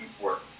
work